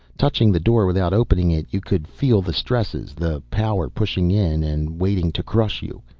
touching the door, without opening it, you could feel the stresses, the power pushing in and waiting to crush you.